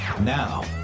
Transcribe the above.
now